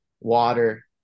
water